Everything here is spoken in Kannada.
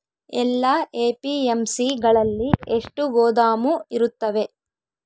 ಎಲ್ಲಾ ಎ.ಪಿ.ಎಮ್.ಸಿ ಗಳಲ್ಲಿ ಎಷ್ಟು ಗೋದಾಮು ಇರುತ್ತವೆ?